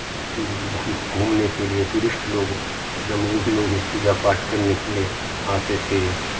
घूमने के लिए टूरिस्ट लोग एकदम वो भी लोग भी पूजा पाठ करने के लिए आते थे